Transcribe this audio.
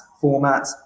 format